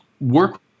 work